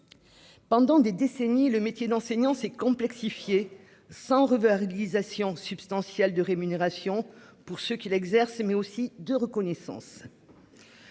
Pendant des décennies le métier d'enseignant s'est complexifié sans revers utilisation substantielle de rémunération pour ceux qui l'exercent mais aussi de reconnaissance.